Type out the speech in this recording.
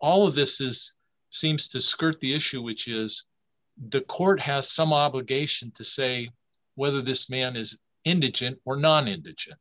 all of this is seems to skirt the issue which is the court has some obligation to say whether this man is indigent or non indigent